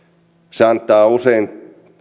se antaa usein